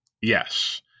Yes